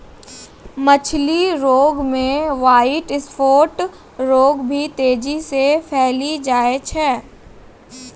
मछली रोग मे ह्वाइट स्फोट रोग भी तेजी से फैली जाय छै